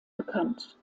bekannt